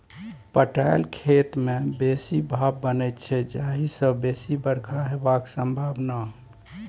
पटाएल खेत मे बेसी भाफ बनै छै जाहि सँ बेसी बरखा हेबाक संभाबना